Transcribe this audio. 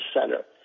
center